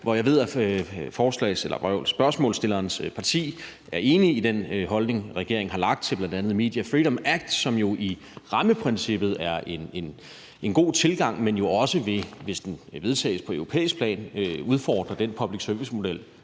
Og jeg ved, at spørgsmålsstillerens parti er enig i den holdning, regeringen har lagt til bl.a. Media Freedom Act, som jo i rammeprincippet er en god tilgang, men som også, hvis den vedtages på europæisk plan, vil udfordre den public service-model,